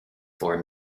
four